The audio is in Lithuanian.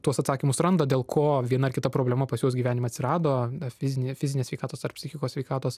tuos atsakymus randa dėl ko viena kita problema pas juos gyvenime atsirado fizinė fizinė sveikatos ar psichikos sveikatos